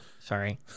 Sorry